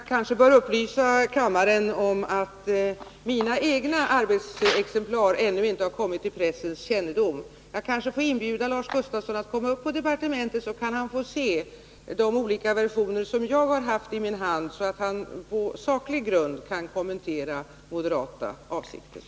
Herr talman! Jag skall bara upplysa kammarens ledamöter om att mina egna arbetsexemplar ännu inte har kommit till pressens kännedom. Jag får kanske inbjuda Lars Gustafsson att komma upp till departementet, så att han får se de olika versioner som jag har fått mig till handa och på saklig grund kan kommentera de moderata avsikterna.